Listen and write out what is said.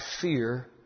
fear